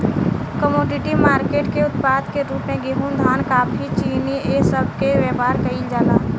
commodity market के उत्पाद के रूप में गेहूं धान कॉफी चीनी ए सब के व्यापार केइल जाला